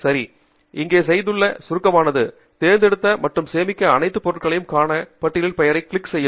சரி சரி இங்கே செய்துள்ள சுருக்கமானது தேர்ந்தெடுத்த மற்றும் சேமித்த அனைத்து பொருட்களையும் காண பட்டியலின் பெயரைக் கிளிக் செய்யவும்